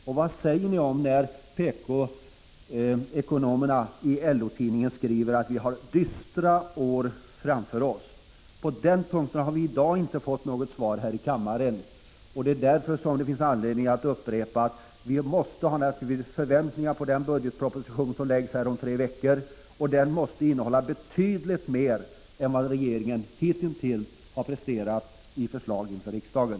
Och vad säger ni när PK-ekonomerna i LO-tidningen skriver att vi har dystra år framför oss? På den punkten har vi i dag inte fått något svar här i kammaren, och det är därför som det finns anledning att upprepa: Vi måste ha förväntningar på den budgetproposition som läggs här om tre veckor. Den måste innehålla betydligt mer än vad regeringen hitintills har presterat av förslag för riksdagen.